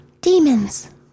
Demons